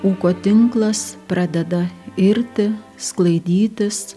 ūko tinklas pradeda irti sklaidytis